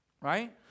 right